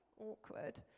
Awkward